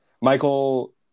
Michael